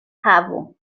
havo